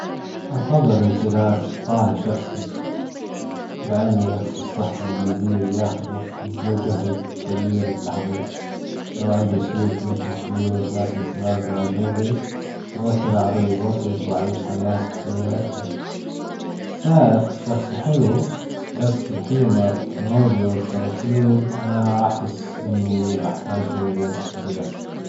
أفضل إمتلاك طاهي شخصي لأنه الأكل الصحي واللذيذ يأخذ وجت وجهد كبير والتحضير، لو عندي شيف يطبخ لي وجبات متوازنة على ذوجي بأوفر علي الوجت وأعيش حياة صحية أكثر، السائق الشخصي حلو بس الحين مع التكنولوجيا والتوصيل ما أحس إني أحتاج له بنفس الجدر.